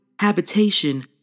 habitation